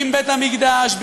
עם בית-המקדש,